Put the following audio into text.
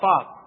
up